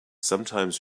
sometimes